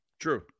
True